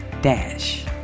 DASH